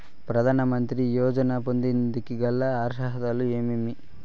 ప్రధాన మంత్రి యోజన పొందేకి గల అర్హతలు ఏమేమి?